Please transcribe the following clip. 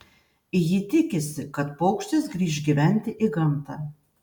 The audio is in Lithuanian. ji tikisi kad paukštis grįš gyventi į gamtą